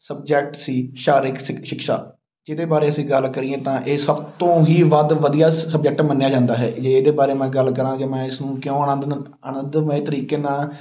subject ਸੀ ਸਰੀਰਕ ਸਿਕ ਸ਼ਿਕਸ਼ਾ ਜਿਹਦੇ ਬਾਰੇ ਅਸੀਂ ਗੱਲ ਕਰੀਏ ਤਾਂ ਇਹ ਸਭ ਤੋਂ ਹੀ ਵੱਧ ਵਧੀਆ ਸਬਜੈਕਟ ਮੰਨਿਆ ਜਾਂਦਾ ਹੈ ਜੇ ਇਹਦੇ ਬਾਰੇ ਮੈਂ ਗੱਲ ਕਰਾਂ ਕਿ ਮੈਂ ਇਸਨੂੰ ਕਿਉਂ ਆਨੰਦ ਨੰਦ ਆਨੰਦਮਈ ਤਰੀਕੇ ਨਾਲ਼